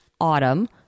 autumn